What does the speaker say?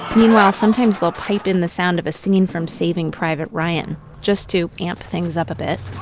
meanwhile sometimes they'll pipe in the sound of a scene from saving private ryan, just to amp things up a bit.